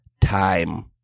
time